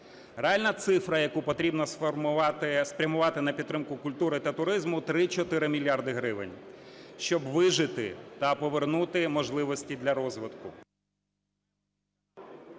Реальна цифра, яку потрібно спрямувати на підтримку культури та туризму, – 3-4 мільярди гривень, щоб вижити та повернути можливості для розвитку…